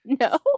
No